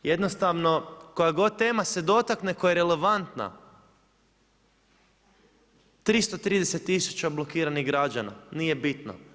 Jednostavno koja god tema se dotakne koja je relevantna 330 tisuća blokiranih građana nije bitno.